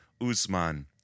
Usman